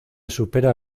supera